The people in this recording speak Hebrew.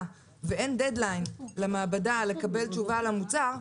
ואין דד-ליין למעבדה לקבל תשובה על המוצר,